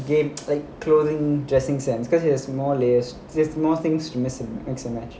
game like clothing dressing sense because it has more things to mix and match